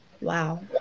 Wow